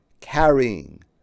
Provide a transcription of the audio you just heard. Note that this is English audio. carrying